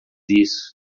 isso